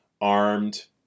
armed